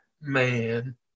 man